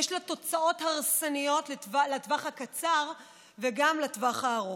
ויש לה תוצאות הרסניות לטווח הקצר וגם לטווח הארוך.